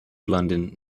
london